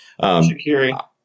Shakiri